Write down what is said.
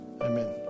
Amen